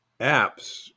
apps